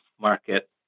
market